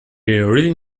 really